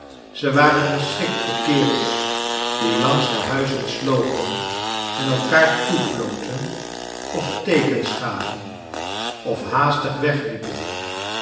zij waren geschrikt voor kerels die langs de huizen slopen en elkaar toefloten of teekens gaven of haastig wegliepen